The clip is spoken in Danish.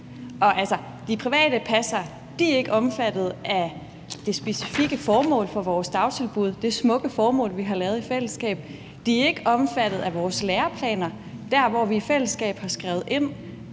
Og altså, de private passere er ikke omfattet af det specifikke formål for vores dagtilbud, det smukke formål, vi har lavet i fællesskab. De er ikke omfattet af vores læreplaner, der, hvor vi i fællesskab har skrevet ind,